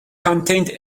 contained